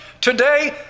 today